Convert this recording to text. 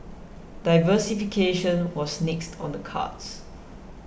diversification was next on the cards